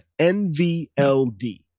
NVLD